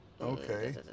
Okay